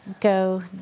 go